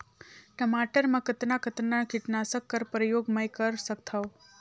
टमाटर म कतना कतना कीटनाशक कर प्रयोग मै कर सकथव?